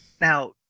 Now